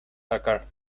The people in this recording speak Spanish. sacar